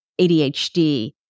ADHD